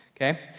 okay